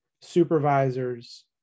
supervisors